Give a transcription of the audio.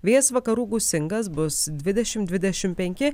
vėjas vakarų gūsingas bus dvidešim dvidešim penki